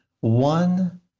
one